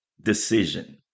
decision